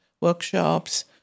workshops